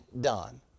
done